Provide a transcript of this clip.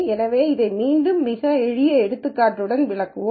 எனவே இதை மீண்டும் மிக எளிய எடுத்துக்காட்டுடன் விளக்குவோம்